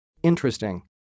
interesting